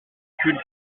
culte